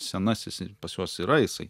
senasis pas juos yra jisai